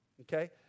Okay